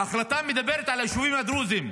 ההחלטה מדברת על היישובים הדרוזיים,